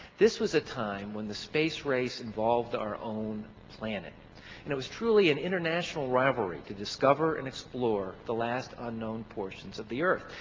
this was a time when the space race involved our own planet and it was truly an international rivalry to discover and explore the last unknown portions of the earth.